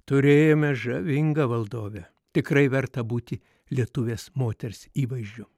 turėjome žavingą valdovę tikrai verta būti lietuvės moters įvaizdžiu